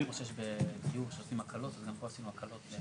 כמו שיש בדיור שעושים הקלות, גם פה עשינו הקלות.